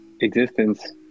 existence